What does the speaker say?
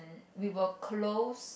we were close